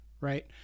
right